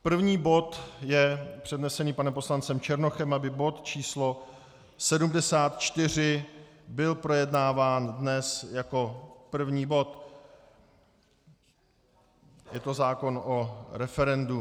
První bod je přednesený panem poslancem Černochem, aby bod č. 74 byl projednáván dnes jako první bod, je to zákon o referendu.